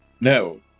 no